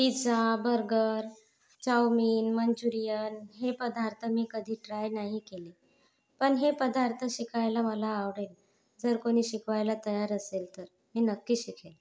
pizza burger chowmein Manchurian हे पदार्थ मी कधी ट्राय नाही केले पण हे पदार्थ शिकायला मला आवडेल जर कोणी शिकवायला तयार असेल तर मी नक्की शिकेल